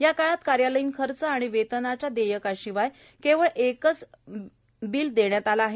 या काळात कार्यालयीन खर्च व वेतनाच्या देयकाशिवाय केवळ एकच डेंक देण्यात आले आहे